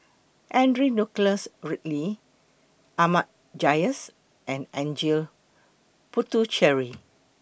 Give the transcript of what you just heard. Henry Nicholas Ridley Ahmad Jais and N Janil Puthucheary